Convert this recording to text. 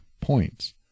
points